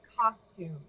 costume